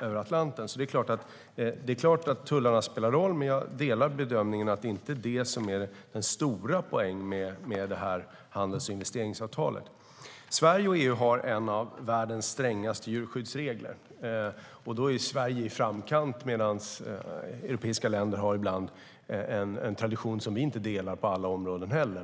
över Atlanten. Det är klart att tullarna spelar roll, men jag delar bedömningen att det inte är det som är den stora poängen med det här handels och investeringsavtalet. Sverige och EU har en av världens strängaste djurskyddsregler, och då är Sverige i framkant medan europeiska länder ibland har en tradition som vi inte delar på alla områden.